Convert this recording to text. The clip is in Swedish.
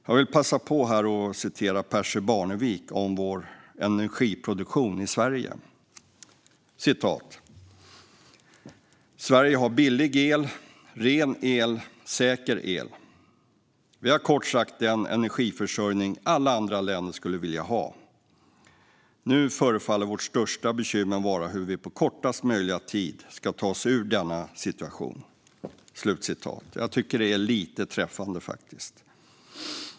Jag vill också citera Percy Barneviks ord om vår energiproduktion i Sverige: Sverige har billig el, ren el och säker el. Vi har kort sagt den energiförsörjning alla andra länder skulle vilja ha. Nu förefaller vårt största bekymmer vara hur vi på kortast möjliga tid ska ta oss ur denna situation. Jag tycker att det är lite träffande, faktiskt.